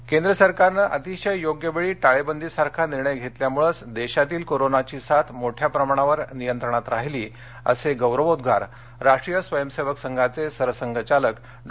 मोहनभागवत केंद्र सरकारने अतिशय योग्य वेळी टाळेबंदीसारखा निर्णय घेतल्यामुळेच देशातील कोरोनाची साथ मोठ्या प्रमाणावर नियंत्रणात राहिली असे गौरवोद्वार राष्ट्रीय स्वयंसेवक संघाचे सरसंघचालक डॉ